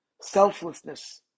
selflessness